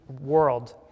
world